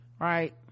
right